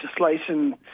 legislation